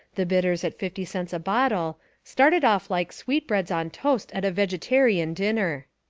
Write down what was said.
the bitters at fifty cents a bottle started off like sweetbreads on toast at a vegetarian dinner.